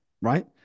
right